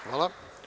Hvala.